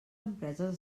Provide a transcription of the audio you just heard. empreses